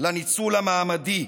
לניצול המעמדי,